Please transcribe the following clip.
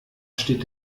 steht